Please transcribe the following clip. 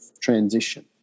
transition